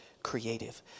creative